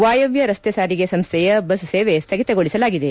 ವಾಯವ್ಯ ರಸ್ತೆ ಸಾರಿಗೆ ಸಂಸ್ಥೆಯ ಬಸ್ ಸೇವೆ ಸ್ವಗಿತಗೊಳಿಸಲಾಗಿದೆ